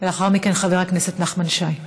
לאחר מכן, חבר הכנסת נחמן שי.